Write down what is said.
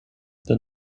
the